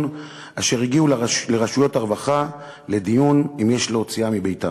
אשר הגיעו לרשויות הרווחה לדיון אם יש להוציאם מביתם.